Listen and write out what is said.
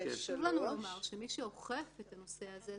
שושי אולי תסביר את הרקע לזה.